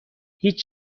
هیچ